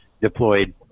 deployed